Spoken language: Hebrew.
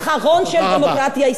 אתם תחנכו